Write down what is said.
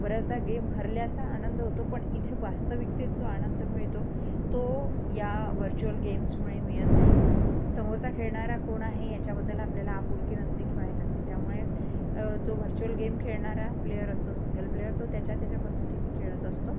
बऱ्याचदा गेम हरल्याचा आनंद होतो पण इथे वास्तविकतेत जो आनंद मिळतो तो या व्हर्चुअल गेम्समुळे मिळत नाही समोरचा खेळणारा कोण आहे याच्याबद्दल आपल्याला आपुलकी नसते किंवा हे नसते त्यामुळे जो व्हर्चुअल गेम खेळणारा प्लेयर असतो सिंगल प्लेयर तो त्याच्या त्याच्या पद्धतीनी खेळत असतो